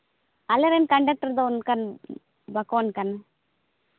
ᱟᱞᱮᱨᱮᱱ ᱠᱚᱱᱰᱟᱠᱴᱟᱨ ᱫᱚ ᱚᱱᱠᱟᱱ ᱵᱟᱠᱚ ᱚᱱᱠᱟᱱᱟ